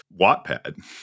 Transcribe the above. wattpad